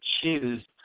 choose